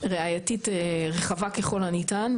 ראייתית רחבה ככל הניתן.